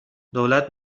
دولت